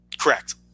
Correct